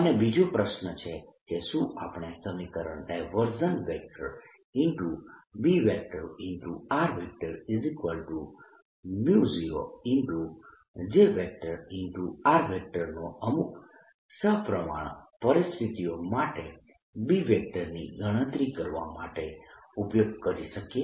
અને બીજો પ્રશ્ન છે કે શું આપણે સમીકરણ B0 J નો અમુક સપ્રમાણ પરિસ્થિતિઓ માટે B ની ગણતરી કરવા માટે ઉપયોગ કરી શકીએ